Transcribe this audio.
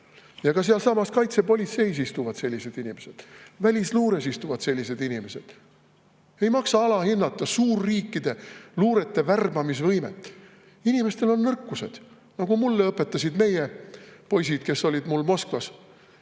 Ka sealsamas kaitsepolitseis istuvad sellised inimesed, välisluures istuvad sellised inimesed. Ei maksa alahinnata suurriikide luurete värbamisvõimet. Inimestel on nõrkused. Nagu mulle õpetasid meie poisid, kes olid mul Moskvas: